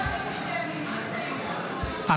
(קורא בשמות חברי הכנסת) סימון דוידסון,